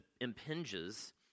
impinges